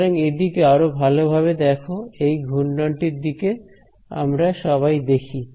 সুতরাং এদিকে আরো ভালোভাবে দেখো এই ঘূর্ণনটির দিকে আমরা সবাই দেখি